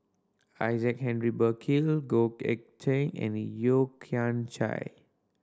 Isaac Henry Burkill Goh Eck Cheng and Yeo Kian Chai